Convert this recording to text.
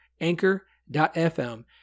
anchor.fm